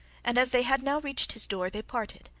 and as they had now reached his door, they parted,